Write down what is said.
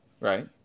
right